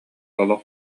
олох